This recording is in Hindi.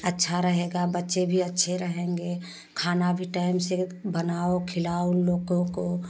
अच्छा रहेगा बच्चे भी अच्छे रहेंगे खाना भी टाइम से बनाओ खिलाओ उन लोग को